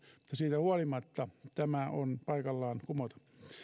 siitä huolimatta tämä on paikallaan kumota